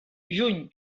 juny